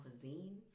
cuisine